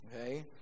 okay